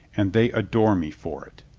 and they adore me for it.